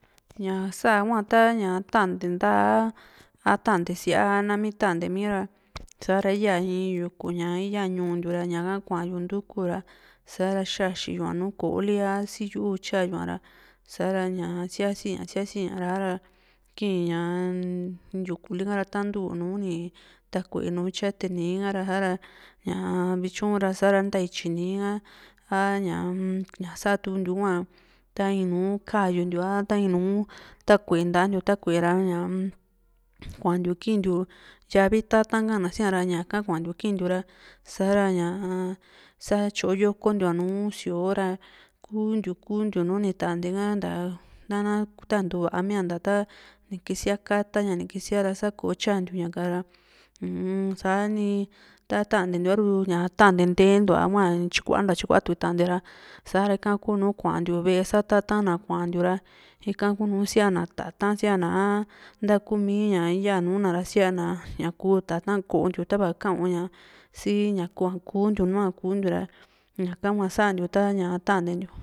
ña sa hua a ta tante nta´a atante síaa a nami tantemi ra sa´ra íyaa in yuku ña íya ñuu ntiu ra ña´ha kua´nyu ntuku ra sa´ra xaxi yuu a nùù ko´o li a si yu´u tyayua ra sa´ra ñaa siasi ña siasi ña a´ra kii´nyuku li´ha ra tantuu nùù ni takue nùù tyate ni´i ha´ra ña vityu ra sa´ra ntaityi ni´i ha a ña ñá satukuntiu hua ta in nùù kayuntiu a ta in nùù takue ntantiu takue ra ña kuantiu kiintiu ya´vi tata´n ka´na siá ra ñaka kuantiu kintiu ra sa´ra ñaa satyo yokontiua nùù síoo ra kuu ntiu kuu ntiu nù ni tante ka tana ta ni ntuu va´a mia sa nikisia kata´ña ni kisia ra sa kotyantiu ña ka´ra un sani ta tantentiu a ru ña aru tante nteentua hua a ´ru tyi kuantua tyikua tu ua ra sa´ra ika kunu kuantiu ve´e sa tata´n kuantiu ra ika kunu siana tata´n a nta kumi ña yaa nùù na ra sia´na kuu tata´n koontiu tava ni ka´un ña si ña kua kuntiu nuaa kuntiu ra ñaka hua santiu ta´ña tantentiu.